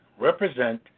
represent